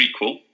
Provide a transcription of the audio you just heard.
prequel